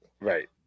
Right